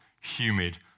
humid